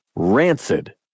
Rancid